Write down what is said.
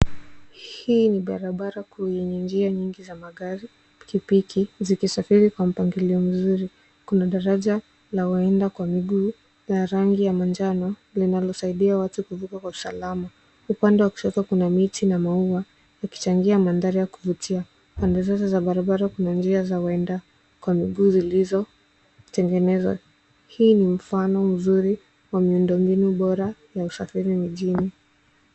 Hii ni barabara kuu yenye njia nyingi za magari, pikipiki zikisafiri kwa mpangilio mzuri. Kuna daraja la waenda kwa miguu la rangi ya manjano linalosaidia watu kuvuka kwa usalama. Upande wa kushoto kuna miti na maua yakichangia mandhari ya kuvutia. Pande zote za barabara kuna njia za waenda kwa miguu zilizotengenezwa. Hii ni mfano mzuri wa miundombinu bora na usafiri mjini.